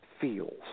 feels